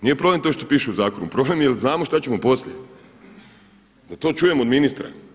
Nije problem to što piše u zakonu, problem je jel' znamo šta ćemo poslije da to čujem od ministra.